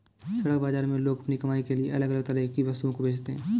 सड़क बाजार में लोग अपनी कमाई के लिए अलग अलग तरह की वस्तुओं को बेचते है